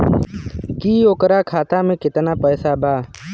की ओकरा खाता मे कितना पैसा बा?